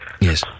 Yes